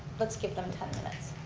let's give them ten minutes.